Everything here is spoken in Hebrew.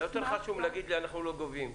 יותר חשוב מלהגיד לי "אנחנו לא גובים".